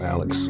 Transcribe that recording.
Alex